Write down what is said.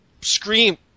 scream